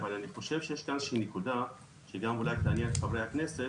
אבל אני חושב שיש כאן איזושהי נקודה שגם אולי תעניין את חברי הכנסת,